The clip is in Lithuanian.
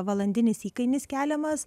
valandinis įkainis keliamas